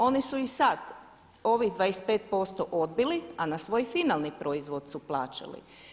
Oni su i sad ovih 25% odbili, a na svoj finalni proizvod su plaćali.